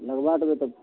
लगबा देबै तऽ